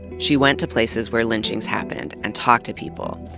she went to places where lynchings happened, and talked to people.